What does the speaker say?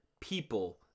people